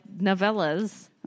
novellas